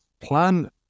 plan